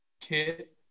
kit